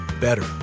better